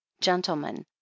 gentlemen